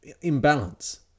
imbalance